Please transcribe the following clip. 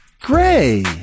gray